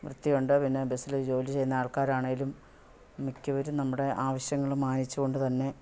വൃത്തി ഉണ്ട് പിന്നെ ബസ്സിൽ ജോലി ചെയ്യുന്ന ആൾക്കാർ ആണെങ്കിലും മിക്കവരും നമ്മുടെ ആവശ്യങ്ങൾ മാനിച്ചു കൊണ്ട് തന്നെ